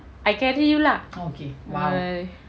I carry you lah good